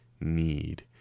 need